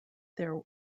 their